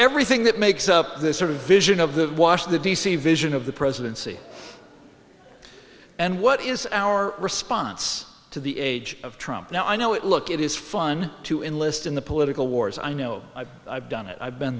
everything that makes up this sort of vision of the washington d c vision of the presidency and what is our response to the age of trump now i know it look it is fun to enlist in the political wars i know i've done it i've been